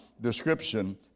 description